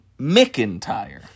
McIntyre